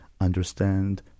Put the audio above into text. understand